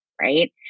right